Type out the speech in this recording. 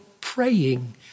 praying